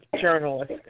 journalist